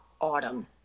autumn